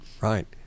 right